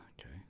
Okay